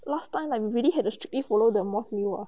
last time I like really have to strictly follow the mos meal ah